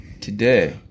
Today